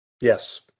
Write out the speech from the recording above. Yes